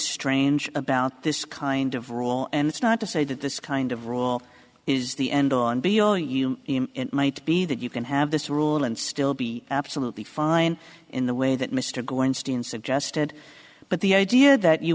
strange about this kind of rule and it's not to say that this kind of rule is the end on beale you might be that you can have this rule and still be absolutely fine in the way that mr grinstein suggested but the idea that you